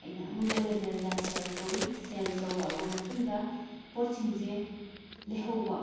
ꯑꯩꯅ ꯑꯉꯝꯕ ꯂꯦꯕꯦꯜꯗ ꯁꯦꯜ ꯇꯧꯋꯤ ꯁꯦꯜ ꯇꯧꯔꯛꯑꯕ ꯃꯇꯨꯡꯗ ꯄꯣꯠꯁꯤꯡꯁꯦ ꯂꯩꯍꯧꯕ